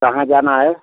कहाँ जाना है